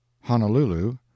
Honolulu